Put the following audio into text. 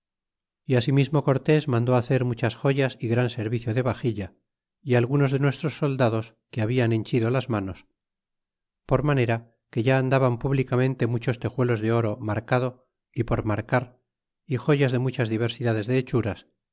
y asimismo cortés mandó hacer muchas joyas y gran servicio de baxilla primero es sacar las costas que liquidar y partir las gansaeia y algunos de nuestros soldados que habian henchido las manos por manera que ya andaban públicamente muchos tejuelos de oro marcado y por marcar y joyas de muchas diversidades de hechuras